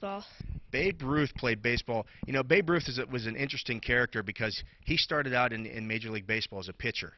baseball babe ruth played baseball you know babe ruth is it was an interesting character because he started out in major league baseball as a pitcher